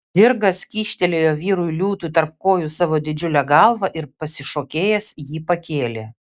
žirgas kyštelėjo vyrui liūtui tarp kojų savo didžiulę galvą ir pasišokėjęs jį pakėlė